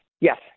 Yes